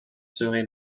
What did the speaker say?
serait